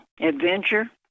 adventure